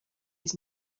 his